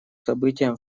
событиям